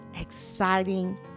exciting